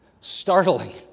startling